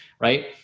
right